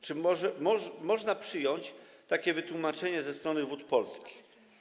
Czy można przyjąć takie wytłumaczenie ze strony Wód Polskich?